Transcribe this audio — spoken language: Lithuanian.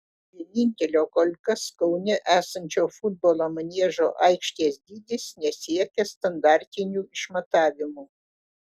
vienintelio kol kas kaune esančio futbolo maniežo aikštės dydis nesiekia standartinių išmatavimų